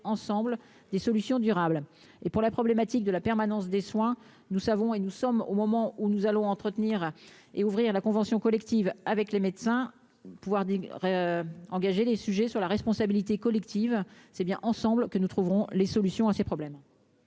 ensemble des solutions durables et pour la problématique de la permanence des soins, nous savons et nous sommes au moment où nous allons, entretenir et ouvrir la convention collective avec les médecins, pouvoir d'engager les sujets sur la responsabilité collective, c'est bien ensemble, que nous trouverons les solutions à ces problèmes.